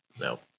No